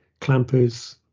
clampers